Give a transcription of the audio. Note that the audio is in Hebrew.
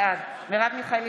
בעד מרב מיכאלי,